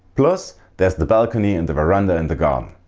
plus there's the balcony and the veranda and the garden.